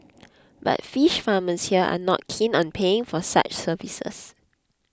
but fish farmers here are not keen on paying for such services